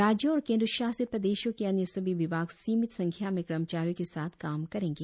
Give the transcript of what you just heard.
राज्यों और केंद्र शासित प्रदेशों के अन्य सभी विभाग सीमित संख्या में कर्मचारियों के साथ काम करेंगे